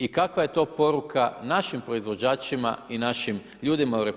I kakva je to poruka našim proizvođačima i našim ljudima u RH,